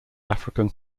african